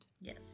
Yes